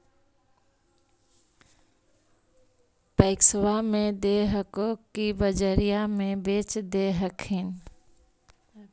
पैक्सबा मे दे हको की बजरिये मे बेच दे हखिन?